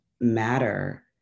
matter